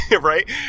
right